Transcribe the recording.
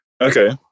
Okay